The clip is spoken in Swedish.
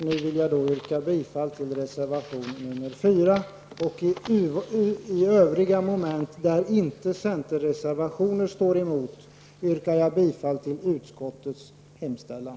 Nu vill jag yrka bifall till reservation nr 4 och i övriga moment där inte centerns reservationer står emot yrkar jag bifall till utskottets hemställan.